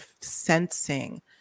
sensing